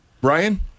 Brian